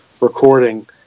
recording